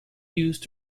used